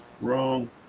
Wrong